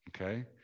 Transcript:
okay